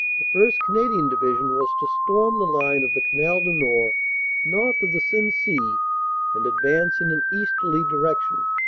the first. canadian division was to storm the line of the canal du nord north of the sensee and advance in an easterly direction.